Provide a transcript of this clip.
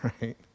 right